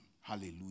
Hallelujah